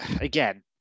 again